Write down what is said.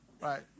Right